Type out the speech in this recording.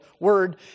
word